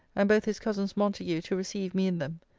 and both his cousins montague to receive me in them,